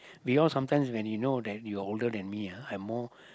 we all sometimes when you know that you're older than me ah I'm more